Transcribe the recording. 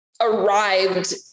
arrived